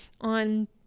on